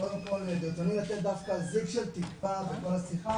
קודם כל ברצוני לתת זיק של תקווה בכל השיחה